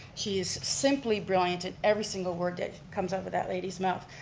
she is simply brilliant. and every single word that comes out of that lady's mouth.